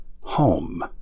home